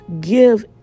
give